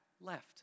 left